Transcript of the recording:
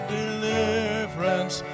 deliverance